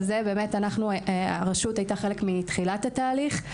והרשות היתה חלק מתחילת התהליך,